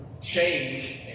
change